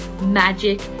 magic